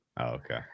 Okay